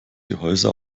gehäuse